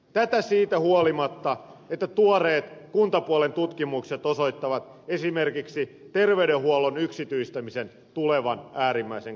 tämä siitä huolimatta että tuoreet kuntapuolen tutkimukset osoittavat esimerkiksi terveydenhuollon yksityistämisen tulevan äärimmäisen kalliiksi